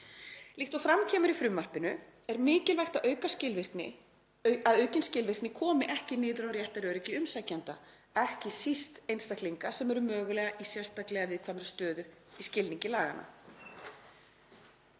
Líkt og fram kemur í frumvarpinu er mikilvægt að aukin skilvirkni komi ekki niður á réttaröryggi umsækjenda, ekki síst einstaklinga sem eru mögulega í sérstaklega viðkvæmri stöðu í skilningi laganna.“